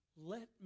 let